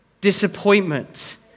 disappointment